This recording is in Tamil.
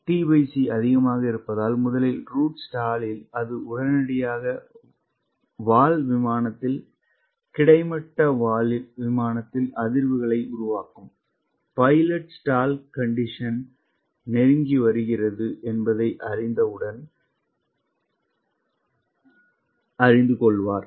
டி சி அதிகமாக இருப்பதால் முதலில் ரூட் ஸ்டாலில் அது உடனடியாக வால் விமானத்தில் கிடைமட்ட வால் விமானத்தில் அதிர்வுகளை உருவாக்கும் பைலட் ஸ்டால் கண்டிஷன் நெருங்கி வருகிறது என்பதை அறிந்து கொள்வார்